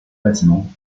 bâtiments